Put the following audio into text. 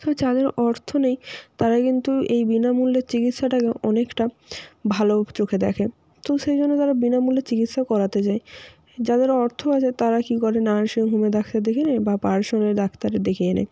তো যাদের অর্থ নেই তারা কিন্তু এই বিনামূল্যের চিকিৎসাটাকে অনেকটা ভালো চোখে দেখে তো সেই জন্য তারা বিনামূল্যের চিকিৎসা করাতে যায় যাদের অর্থ আছে তারা কী করে নার্সিংহোমে ডাক্তার দেখিয়ে নেয় বা পার্সোনালি ডাক্তার দেখিয়ে নেয়